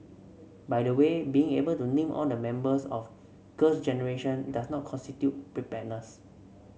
by the way being able to name all the members of Girls Generation does not constitute preparedness